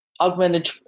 augmented